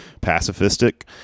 pacifistic